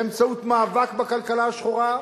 באמצעות מאבק בכלכלה השחורה.